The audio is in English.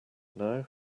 now